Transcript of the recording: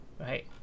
right